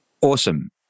Awesome